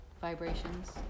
vibrations